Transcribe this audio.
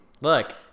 Look